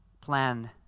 plan